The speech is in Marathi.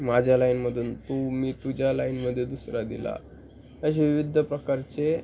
माझ्या लाईनमधून तू मी तुझ्या लाईनमध्ये दुसरा दिला असे विविध प्रकारचे